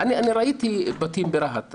ראיתי בתים ברהט.